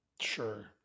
sure